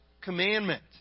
commandment